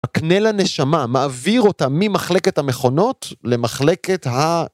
תקנה לה נשמה מעביר אותה ממחלקת המכונות למחלקת ה...